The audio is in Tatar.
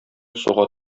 суга